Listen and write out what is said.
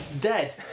dead